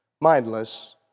mindless